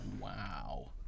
Wow